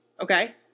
Okay